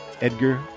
edgar